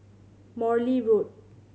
Morley Road